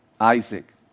Isaac